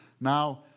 Now